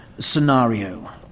scenario